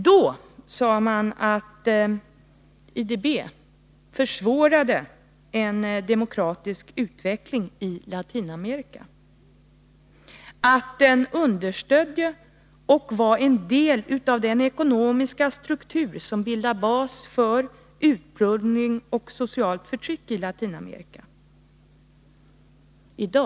Då sade man att IDB försvårade en demokratisk utveckling i Latinamerika, att den understödde och var en del av den ekonomiska struktur som bildar bas för utplundring av och socialt förtryck i Latinamerika.